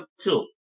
two